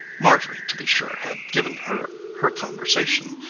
marjorie, to be sure, had given her her conversation,